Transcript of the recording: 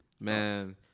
Man